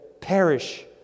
perish